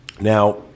Now